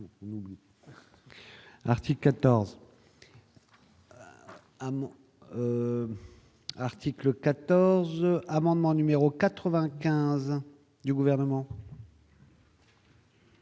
article 14 amendement numéro 95 du gouvernement.